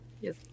Yes